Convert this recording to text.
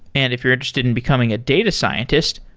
and if you're interested in becoming a data scientist,